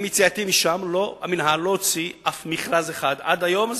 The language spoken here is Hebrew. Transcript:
עם יציאתי משם המינהל לא הוציא אף מכרז אחד עד היום הזה.